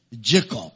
Jacob